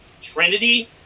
Trinity